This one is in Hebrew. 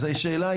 אז השאלה,